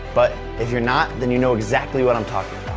but if you're not, then you know exactly what i'm talking